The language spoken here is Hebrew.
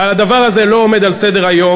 הדבר הזה לא עומד על סדר-היום.